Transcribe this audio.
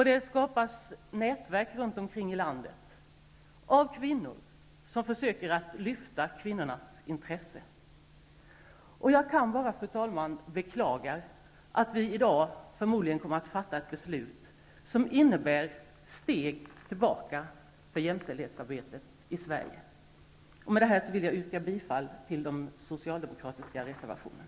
Det skapas nätverk runt omkring i landet av kvinnor som försöker att lyfta kvinnornas intresse. Fru talman! Jag kan bara beklaga att vi i dag förmodligen kommer att fatta ett beslut som innebär steg tillbaka för jämställdhetsarbetet i Sverige. Med det anförda vill jag yrka bifall till de socialdemokratiska reservationerna.